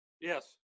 Yes